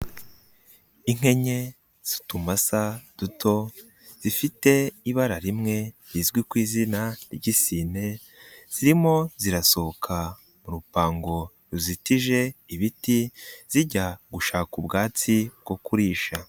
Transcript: Inka enye z'utumasa duto zifite ibara rimwe rizwi ku izina ry'isine, zirimo zirasohoka mu rupango ruzitije ibiti, zijya gushaka ubwatsi bwo kurisha.